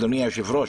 אדוני היושב-ראש